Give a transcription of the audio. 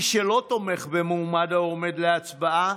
מי שלא תומך במועמד העומד להצבעה,